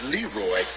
Leroy